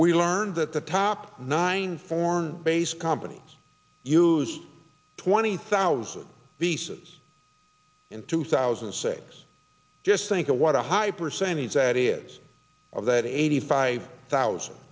we learned that the top nine foreign based companies use twenty thousand pieces in two thousand and six just think of what a high percentage that is of that eighty five thousand